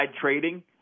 trading